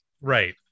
right